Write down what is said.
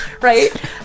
right